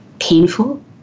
painful